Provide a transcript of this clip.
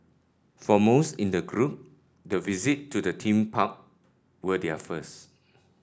for most in the group the visit to the theme park were their first